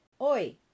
Oi